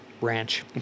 ranch